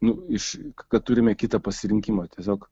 nu iš kad turime kitą pasirinkimą tiesiog